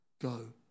Go